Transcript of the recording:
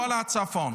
כל הצפון.